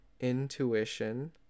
intuition